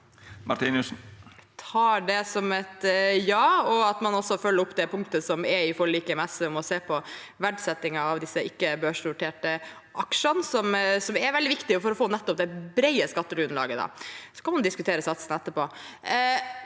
Jeg tar det som et ja, og at man også følger opp det punktet som er i forliket med SV, om å se på verdsettingen av de ikkebørsnoterte aksjene, noe som er veldig viktig for å få nettopp det brede skattegrunnlaget. Så kan man diskutere satsene etterpå.